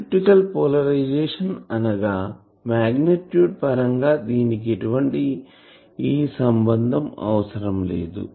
elliptical polarisation అనగా magnitude పరంగా దీనికి ఎటువంటి సంబంధం అవసరం లేదు